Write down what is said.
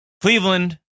Cleveland